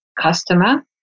customer